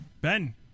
Ben